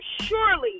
Surely